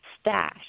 stash